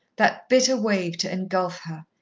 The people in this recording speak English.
that bitter wave to engulf her,